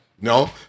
no